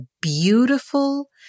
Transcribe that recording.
beautiful